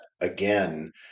again